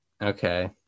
Okay